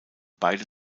beide